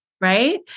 Right